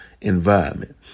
environment